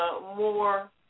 more